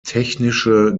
technische